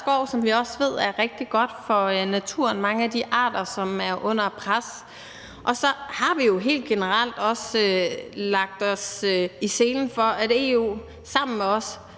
som vi også ved er rigtig godt for naturen og mange af de arter, som er under pres. Og så har vi jo generelt også lagt os i selen for, at EU sammen med os